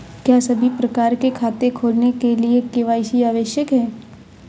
क्या सभी प्रकार के खाते खोलने के लिए के.वाई.सी आवश्यक है?